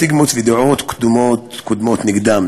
עם הסטיגמות והדעות קדומות נגדם,